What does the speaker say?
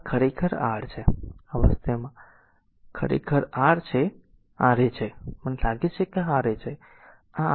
તેથી આ ખરેખર r છે આ વાસ્તવમાં r છે આ ખરેખર R a છે મને લાગે છે કે આ R a છે અને આ r છે તેથી